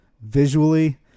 visually